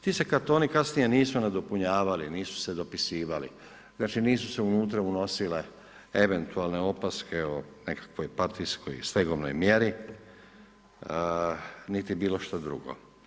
Ti se kartoni kasnije nisu nadopunjavali, nisu se nadopisivali, znači nisu se unutra unosile eventualne opaske o nekakvoj partijskoj stegovnoj mjeri niti bilo što drugo.